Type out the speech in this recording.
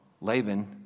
Laban